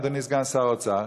אדוני סגן שר האוצר,